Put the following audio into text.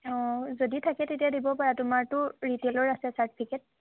অঁ যদি থাকে তেতিয়া দিব পাৰা তোমাৰতো ৰিটেলৰ আছে ছাৰ্টিফিকেট